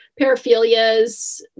paraphilias